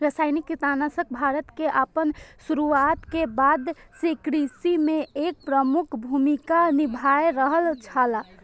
रासायनिक कीटनाशक भारत में आपन शुरुआत के बाद से कृषि में एक प्रमुख भूमिका निभाय रहल छला